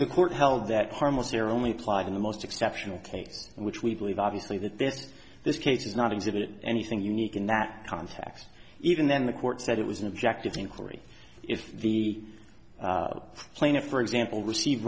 the court held that harmless or only applied in the most exceptional case which we believe obviously that this this case is not exhibit anything unique in that context even then the court said it was an objective inquiry if the plaintiff for example receive